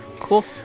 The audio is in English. Cool